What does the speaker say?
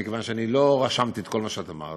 מכיוון שאני לא רשמתי את כל מה שאמרת,